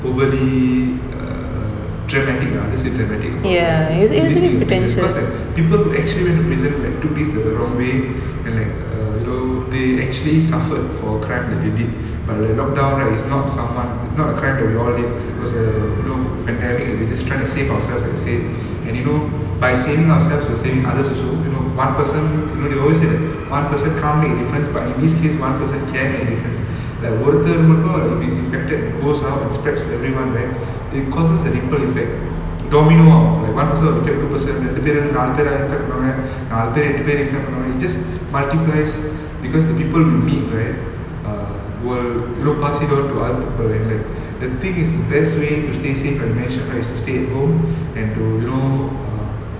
overly err dramatic lah just say dramatic about right I mean this being a prison because like people who actually went to prison like took this the wrong way and like err you know they actually suffered for crime that they did but like lockdown right its not someone not a crime that we all did because err you know pandemic and we just trying to save ourselves have save and you know by saving ourselves we're saving others also you know one person you know they always say that one person can't make a difference but in this case one person can make a difference like ஒருத்தர் மட்டும்:oruthar mattum if we infected and goes out and spreads to everyone right it causes a ripple effect domino of like one person attract two person ரெண்டு பேரு நாலு பேர:rendu peru naalu pera infect பண்ணுவாங்க நாலு பேரு எட்டு பேர:pannuvanga naalu peru ettu pera easy அ பண்ணுவாங்க:a pannuvanga just multiplies because the people we meet right err will you know pass it on to other people and like the thing is the best way to stay safe right right is to stay at home and to you know err